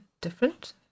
different